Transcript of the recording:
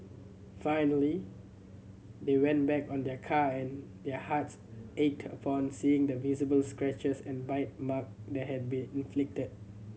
finally they went back on their car and their hearts ached upon seeing the visible scratches and bite mark that had been inflicted